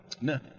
No